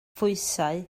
phwysau